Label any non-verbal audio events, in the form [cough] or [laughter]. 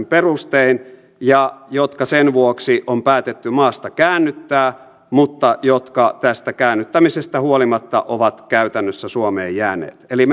[unintelligible] perustein ja jotka sen vuoksi on päätetty maasta käännyttää mutta jotka tästä käännyttämisestä huolimatta ovat käytännössä suomeen jääneet eli [unintelligible]